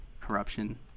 corruption